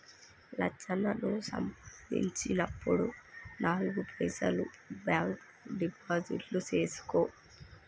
లచ్చన్న నువ్వు సంపాదించినప్పుడు నాలుగు పైసలు బాంక్ లో డిపాజిట్లు సేసుకో